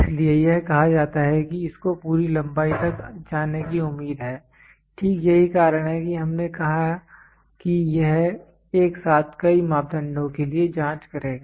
इसलिए यह कहा जाता है कि इसको पूरी लंबाई तक जाने की उम्मीद है ठीक यही कारण है कि हमने कहा कि यह एक साथ कई मापदंडों के लिए जांच करेगा